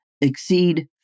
exceed